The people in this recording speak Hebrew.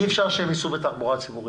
אי אפשר שהם ייסעו בתחבורה ציבורית.